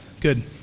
Good